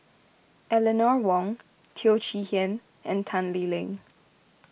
Eleanor Wong Teo Chee Hean and Tan Lee Leng